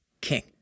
king